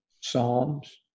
Psalms